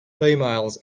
females